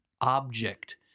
object